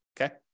okay